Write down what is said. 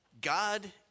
God